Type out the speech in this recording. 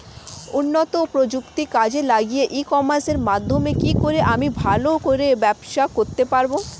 উন্নত প্রযুক্তি কাজে লাগিয়ে ই কমার্সের মাধ্যমে কি করে আমি ভালো করে ব্যবসা করতে পারব?